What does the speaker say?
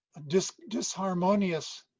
disharmonious